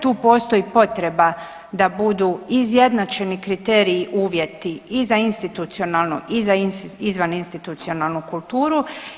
Tu postoji potreba da budu izjednačeni kriteriji, uvjeti i za institucionalno i za izvaninstitucionalnu kulturu.